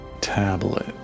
Tablet